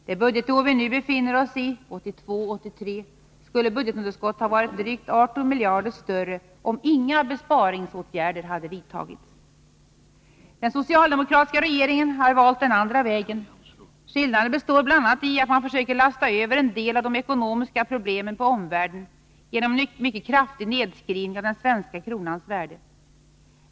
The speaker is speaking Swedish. Det budgetår vi nu befinner oss i, 1982/83, skulle budgetunderskottet ha varit drygt 18 miljarder större om inga besparingsåtgärder hade vidtagits. Den socialdemokratiska regeringen har valt andra vägar. Skillnaden består bl.a. i att man försöker lasta över en del av de ekonomiska problemen på omvärlden genom en mycket kraftig nedskrivning av den svenska kronans värde.